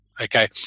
Okay